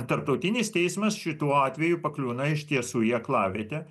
tarptautinis teismas šituo atveju pakliūna iš tiesų į aklavietę